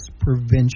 prevention